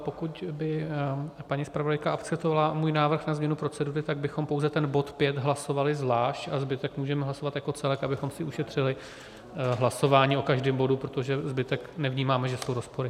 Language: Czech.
Pokud by paní zpravodajka akceptovala můj návrh na změnu procedury, tak bychom pouze ten bod 5 hlasovali zvlášť a zbytek můžeme hlasovat jako celek, abychom si ušetřili hlasování o každém bodu, protože u zbytku nevnímáme, že jsou rozpory.